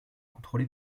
contrôlé